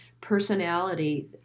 personality